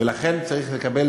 ולכן צריך לקבל